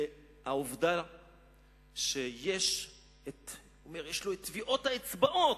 והעובדה שיש לחיים רמון את טביעות האצבעות,